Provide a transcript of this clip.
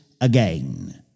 again